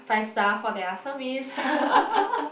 five star for their service